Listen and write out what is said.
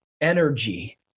energy